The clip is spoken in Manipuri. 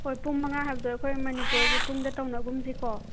ꯍꯣꯏ ꯄꯨꯡ ꯃꯉꯥ ꯍꯥꯏꯕꯗꯣ ꯑꯩꯈꯣꯏ ꯃꯅꯤꯄꯨꯔꯒꯤ ꯄꯨꯡꯗ ꯇꯧꯅꯒꯨꯝꯁꯤꯀꯣ